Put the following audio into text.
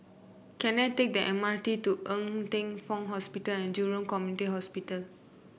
can I take the M R T to Ng Teng Fong Hospital and Jurong Community Hospital